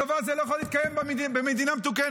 הדבר הזה לא יכול להתקיים במדינה מתוקנת.